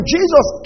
Jesus